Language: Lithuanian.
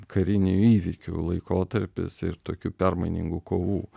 karinių įvykių laikotarpis ir tokių permainingų kovų